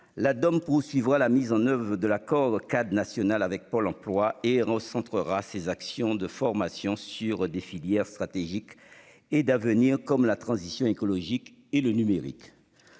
Ladom continuera de mettre en oeuvre l'accord-cadre national avec Pôle emploi et recentrera ses actions de formation sur des filières stratégiques et d'avenir comme la transition écologique et le numérique.